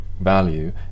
value